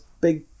big